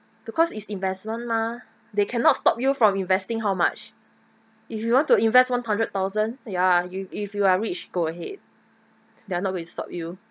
because it's investment mah they cannot stop you from investing how much if you want to invest one hundred thousand ya you if if you are rich go ahead they are not going to stop you